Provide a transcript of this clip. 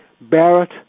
Barrett